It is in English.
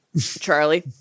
Charlie